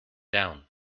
down